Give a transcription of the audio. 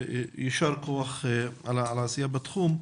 יישר כוח על העשייה בתחום.